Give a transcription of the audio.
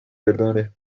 perdone